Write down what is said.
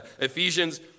Ephesians